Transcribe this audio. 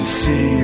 see